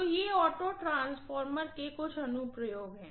तो ये auto transformer के कुछ अनुप्रयोग हैं